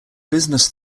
business